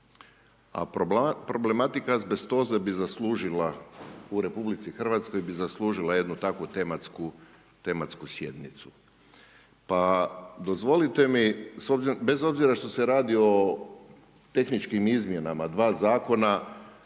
a problematika azbestoze bi zaslužila u Republici Hrvatskoj bi zaslužila jednu takvu tematsku sjednicu. Pa dozvolite mi, bez obzira što se radi o tehničkim izmjenama dva zakona,